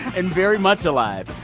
and very much alive.